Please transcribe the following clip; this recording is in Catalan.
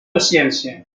paciència